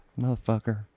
motherfucker